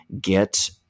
get